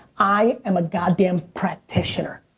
i am a goddamn practitioner.